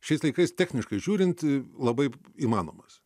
šiais laikais techniškai žiūrint labai įmanomas